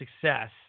success